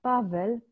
Pavel